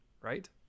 Right